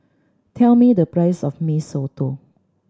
tell me the price of Mee Soto